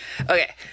Okay